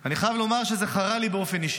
אני חייב לומר שזה חרה לי באופן אישי,